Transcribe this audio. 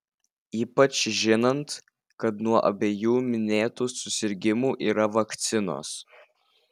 ypač žinant kad nuo abiejų minėtų susirgimų yra vakcinos